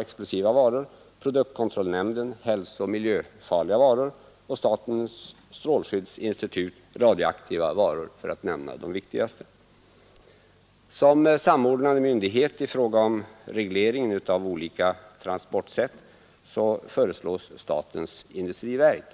explosiva varor, produktkontrollnämnden har hand om hälsooch miljöfarliga varor och statens strålskyddsinstitut har hand om radioaktiva varor, för att nämna de viktigaste. Som samordnande myndighet för reglering av olika transportsätt föreslogs statens industriverk.